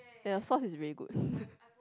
ya the sauce is really good